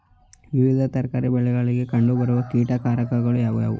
ವಿವಿಧ ತರಕಾರಿ ಬೆಳೆಗಳಲ್ಲಿ ಕಂಡು ಬರುವ ಕೀಟಕಾರಕಗಳು ಯಾವುವು?